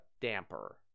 damper